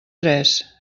tres